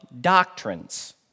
doctrines